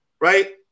Right